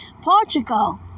Portugal